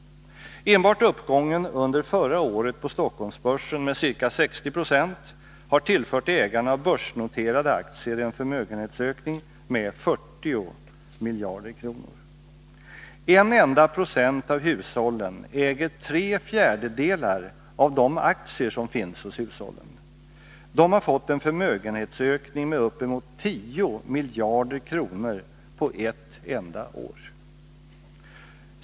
Enbart uppgången under förra året på Stockholmsbörsen med ca 60 96 har tillfört ägarna av börsnoterade aktier en förmögenhetsökning med 40 miljarder kronor. En enda procent av hushållen äger tre fjärdedelar av de aktier som finns hos hushållen. De har fått en förmögenhetsökning med uppemot 10 miljarder kronor på ett enda år!